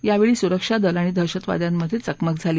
यावेळी सुरक्षा दल आणि दहशतवाद्यांमध्ये चकमक झाली